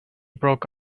broke